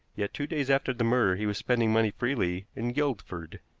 yet two days after the murder he was spending money freely in guildford.